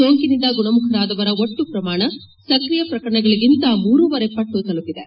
ಸೋಂಕಿನಿಂದ ಗುಣಮುಖರಾದವರ ಒಟ್ಲು ಪ್ರಮಾಣ ಸ್ಕ್ರಿಯ ಪ್ರಕರಣಗಳಗಿಂತ ಮೂರೂವರೆ ಪಟ್ಲು ತಲುಪಿದೆ